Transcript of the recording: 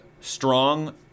strong